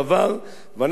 ואנחנו מתחייבים,